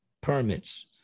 permits